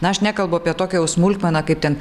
na aš nekalbu apie tokią jau smulkmeną kaip ten